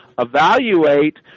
evaluate